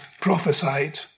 prophesied